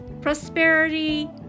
prosperity